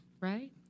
Right